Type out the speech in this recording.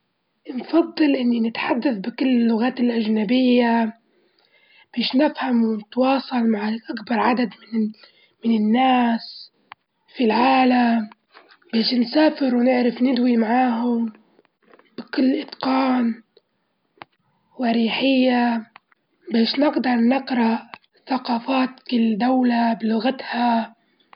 أفضل زر هو إيقاف الزمن، لإني نجدر ناخد راحتي في الوقت الحالي ونقدر نركز على نفسي وعلى دراستي ونعيش اللحظة، ناخد راحتي في التفكير، ناخد راحتي نفكر في قراراتي الصحيحة، وما فيش حاجة تز- تز- تزعجني.